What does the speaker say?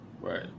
Right